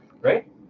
right